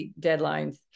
deadlines